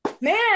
man